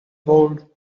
bored